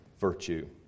virtue